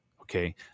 Okay